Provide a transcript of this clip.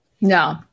No